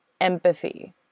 empathy